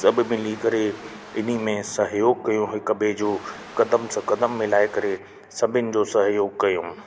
सभु मिली करे इनमें सहयोग कयूं हिक ॿिए जो कदम सां कदम मिलाए करे सभिनि जो सहयोग कयूं